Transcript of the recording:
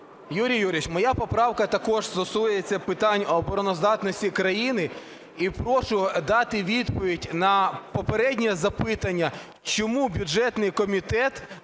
Юрій Юрійович, моя поправка також стосується питань обороноздатності країни і прошу дати відповідь на попереднє запитання: чому бюджетний комітет,